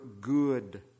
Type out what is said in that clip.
good